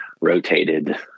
rotated